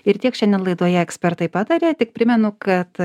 ir tiek šiandien laidoje ekspertai pataria tik primenu kad